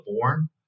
born